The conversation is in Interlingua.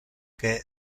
que